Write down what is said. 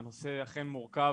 והנושא אכן מורכב,